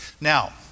Now